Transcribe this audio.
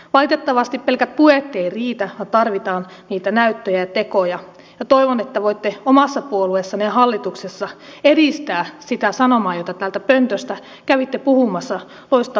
valitettavasti pelkät puheet eivät riitä vaan tarvitaan niitä näyttöjä ja tekoja ja toivon että voitte omassa puolueessanne hallituksessa edistää sitä sanomaa jota täältä pöntöstä kävitte puhumassa loistavassa puheenvuorossanne